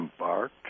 embarked